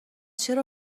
چرا